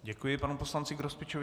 Děkuji panu poslanci Grospičovi.